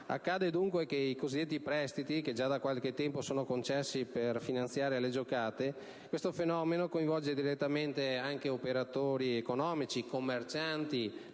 Accade dunque che i cosiddetti prestiti già da qualche tempo sono concessi per finanziare le giocate, un fenomeno che coinvolge direttamente operatori economici, commercianti,